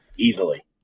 Easily